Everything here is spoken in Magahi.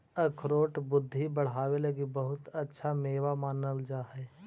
अखरोट बुद्धि बढ़ावे लगी बहुत अच्छा मेवा मानल जा हई